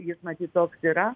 jis matyt toks yra